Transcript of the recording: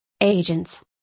agents